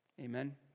Amen